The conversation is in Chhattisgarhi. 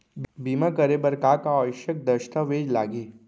बीमा करे बर का का आवश्यक दस्तावेज लागही